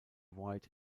white